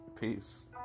Peace